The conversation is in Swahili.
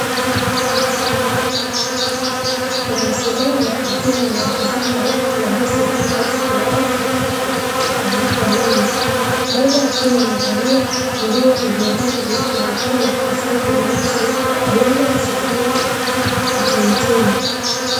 Amesimama akiwa anawatazama watu waliosimama mbele yake kwenye foleni, mmoja akiwa amevalia yenye rangi ya njano na sweater nyeusi, nywele zikiwa kitimtim.